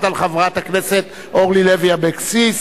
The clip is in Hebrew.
על זו של חברת הכנסת אורלי לוי אבקסיס.